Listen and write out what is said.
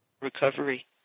recovery